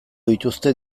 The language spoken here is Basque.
dituzte